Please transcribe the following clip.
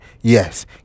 yes